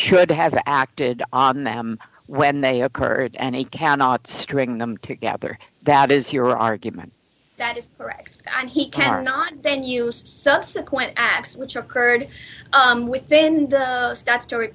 should have acted on them when they occurred and he cannot string them together that is your argument that is correct and he cannot then use subsequent acts which occurred within the statutory